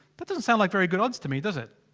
that doesn't sound like very good odds to me does it?